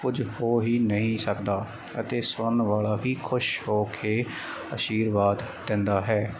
ਕੁਝ ਹੋ ਹੀ ਨਹੀਂ ਸਕਦਾ ਅਤੇ ਸੁਣਨ ਵਾਲਾ ਹੀ ਖੁਸ਼ ਹੋ ਕੇ ਅਸ਼ੀਰਵਾਦ ਦਿੰਦਾ ਹੈ